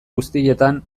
guztietan